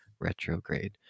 retrograde